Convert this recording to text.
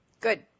Good